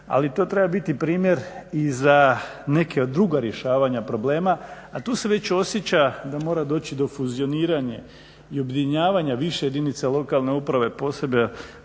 ali to treba biti primjer i za neka druga rješavanja problema, a tu se već osjeća da mora doći do fuzioniranja i objedinjavanja više jedinica lokalne uprave posebno